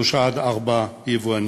שלושה עד ארבעה יבואנים.